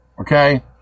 Okay